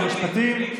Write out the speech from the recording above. תודה לשר המשפטים.